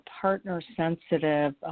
partner-sensitive